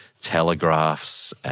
telegraphs